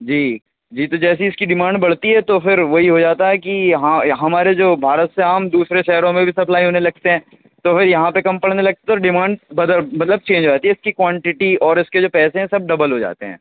جی جی تو جیسے ہی اِس كی ڈیمانڈ بڑھتی ہے تو پھر وہی ہو جاتا ہے کہ ہاں ہمارے جو بھارت سے آم دوسرے شہروں میں بھی سپلائی ہونے لگتے ہیں تو پھر یہاں پہ کم پڑنے لگتے ہیں اور ڈیمانڈ بدل مطلب چینج ہو جاتی ہے اِس كی كوانٹیٹی اور اِس كے جو پیسے ہیں سب ڈبل ہوجاتے ہیں